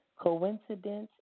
coincidence